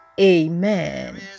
Amen